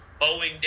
Boeing